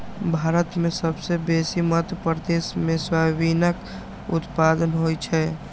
भारत मे सबसँ बेसी मध्य प्रदेश मे सोयाबीनक उत्पादन होइ छै